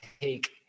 take